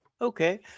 Okay